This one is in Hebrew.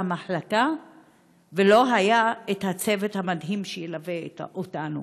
המחלקה ולא היה הצוות המדהים שליווה אותנו.